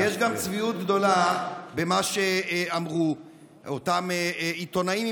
יש גם צביעות גדולה במה שאמרו אותם עיתונאים,